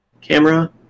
camera